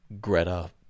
Greta